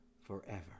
forever